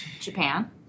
Japan